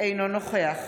אינו נוכח